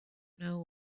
know